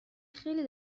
خیلی